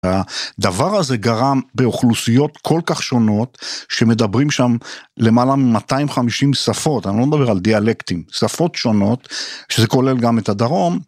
הדבר הזה גרם באוכלוסיות כל כך שונות שמדברים שם למעלה מ-250 שפות אני לא מדבר על דיאלקטים שפות שונות שזה כולל גם את הדרום.